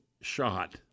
shot